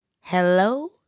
hello